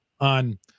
on